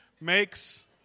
makes